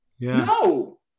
no